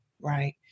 Right